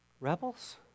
rebels